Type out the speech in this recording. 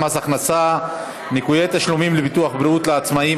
מס הכנסה (ניכוי תשלומים לביטוח בריאות לעצמאים),